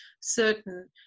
certain